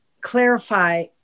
clarify